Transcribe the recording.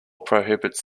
prohibits